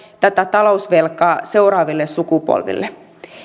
tätä talousvelkaa seuraaville sukupolville